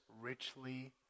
richly